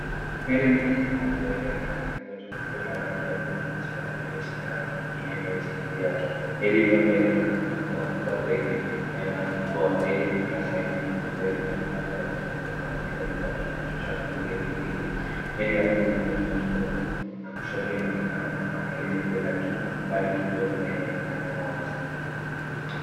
Meli mbili zinazoelea majini zote zikiwa na rangi ya bluu na mistari mieusi na rangi nyingine nyeusi juu yake. Meli iliyombele inaonekana kuwa kubwa zaidi na inamfumo wa feli ikiwa na sehemu pana mbele inayoweza kufungua kwa ajili ya kupaki na kushusha magri au mizigo. Meli ya pili iko nyuma kidogo na kushoto inaonekana kufanana na ile ya mbele lakini mbali kidogo na haionekani wazi.